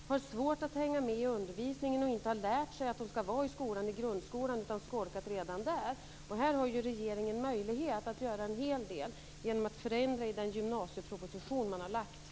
De har svårt att hänga med i undervisningen och de har inte lärt sig att de skall vara i skolan - de har alltså skolkat redan i grundskolan. Här har regeringen möjlighet att göra en hel del genom att förändra i den gymnasieproposition som man har lagt fram.